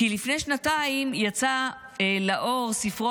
כי לפני שנתיים יצא לאור ספרו